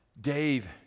dave